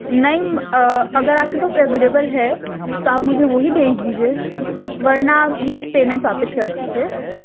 نہیں اگر آپ کے پاس اویلیبل ہے تو آپ مجھے وہی بھیج دیجیے ورنہ پلیز پیمنٹ واپس کر دیجیے